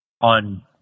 on